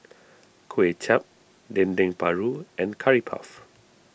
Kuay Chap Dendeng Paru and Curry Puff